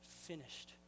finished